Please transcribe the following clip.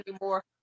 anymore